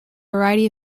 variety